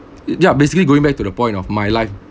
ya basically going back to the point of my life